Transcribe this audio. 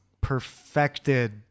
perfected